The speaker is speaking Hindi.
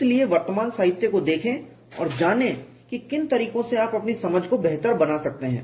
इसलिए वर्तमान साहित्य को देखें और जानें कि किन तरीकों से आप अपनी समझ को बेहतर बना सकते हैं